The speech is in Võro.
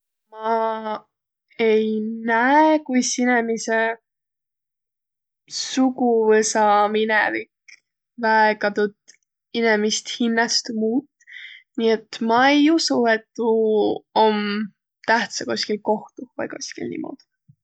Ma ei näe, kuis inemise suguvõsa minevik väega tuud inemist hinnäst muut. Nii et ma ei usu, et tuu om tähtsä koskil kohtuh vai koskil niimoodu.